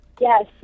Yes